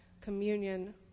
communion